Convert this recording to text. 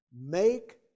Make